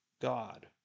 God